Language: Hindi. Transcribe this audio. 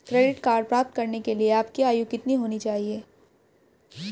क्रेडिट कार्ड प्राप्त करने के लिए आपकी आयु कितनी होनी चाहिए?